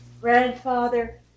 grandfather